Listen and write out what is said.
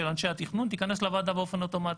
אנשי התכנון תיכנס לוועדה באופן אוטומטי.